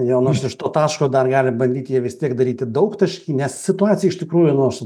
jo nors iš to taško dar gali bandyti jie vis tiek daryti daugtaškį nes situacija iš tikrųjų nors